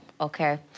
okay